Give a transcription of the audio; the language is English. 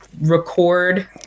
record